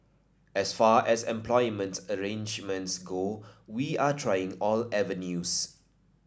as far as employment arrangements go we are trying all avenues